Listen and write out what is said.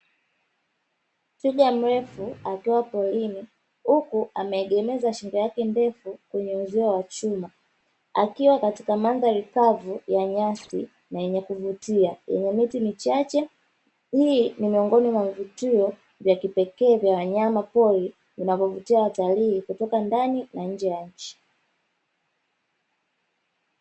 Twiga mrefu akiwa porini huku ame egemeza shingo yake ndefu, kwenye uzio wa chuma, akiwa katika mandhari kavu ya nyasi yenye kuvutia yenye miti michache, hii ni miongoni mwa vivutio vya kipekee vya wanyama pori vinavyo vutia watalii kutoka ndani na nje ya nchi.